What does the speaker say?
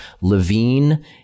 Levine